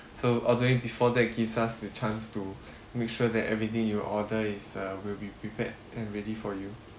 so ordering before that gives us the chance to make sure that everything you order is uh will be prepared and ready for you